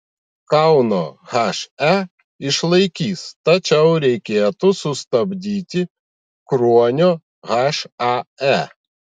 kauno he išlaikys tačiau reikėtų sustabdyti kruonio hae